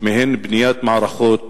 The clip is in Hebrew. מהם לבנות מערכות ביוב.